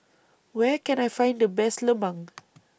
Where Can I Find The Best Lemang